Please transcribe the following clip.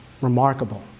remarkable